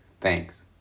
Thanks